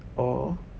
or